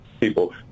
people